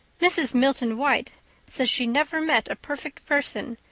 mrs. milton white says she never met a perfect person,